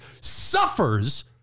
Suffers